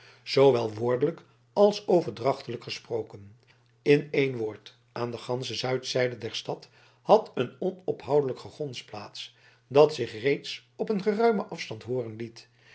zoowel woordelijk als overdrachtelijk gesproken in één woord aan de gansche zuidzijde der stad had een onophoudelijk gegons plaats dat zich reeds op een geruimen afstand hooren liet